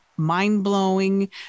mind-blowing